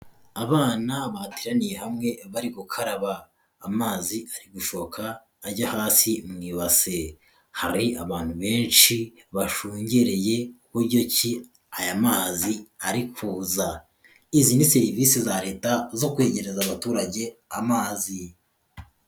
Abana bateraniye hamwe bari gukaraba amazi ari gushoka ajya hasi mu ibase, hari abantu benshi bashungereye uburyo ki aya mazi ari kuza, izi ni serivisi za leta zo kwegereza abaturage amazi.